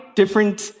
different